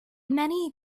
many